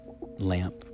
lamp